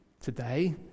today